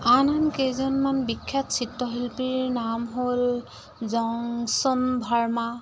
আন আন কেইজনমান বিখ্যাত চিত্ৰশিল্পীৰ নাম হ'ল জংচন ভাৰ্মা